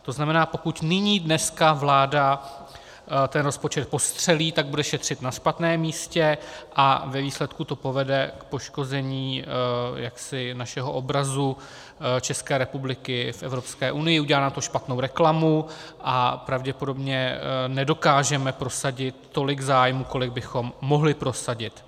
To znamená, pokud nyní dneska vláda ten rozpočet podstřelí, tak bude šetřit na špatném místě a ve výsledku to povede k poškození našeho obrazu České republiky v Evropské unii, udělá nám to špatnou reklamu a pravděpodobně nedokážeme prosadit tolik zájmů, kolik bychom mohli prosadit.